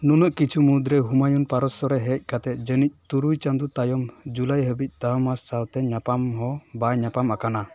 ᱱᱩᱱᱟᱹᱜ ᱠᱤᱪᱷᱩ ᱢᱩᱫᱽᱨᱮ ᱦᱩᱢᱟᱭᱩᱱ ᱯᱟᱨᱚᱥᱥᱚ ᱨᱮ ᱦᱮᱡ ᱠᱟᱛᱮᱫ ᱡᱟᱹᱱᱤᱡ ᱛᱩᱨᱩᱭ ᱪᱟᱸᱫᱳ ᱛᱟᱭᱚᱢ ᱡᱩᱞᱟᱭ ᱦᱟᱹᱵᱤᱡ ᱥᱟᱶ ᱛᱮ ᱧᱟᱢᱚᱜ ᱦᱚᱸ ᱵᱟᱭ ᱧᱟᱯᱟᱢ ᱟᱠᱟᱱᱟ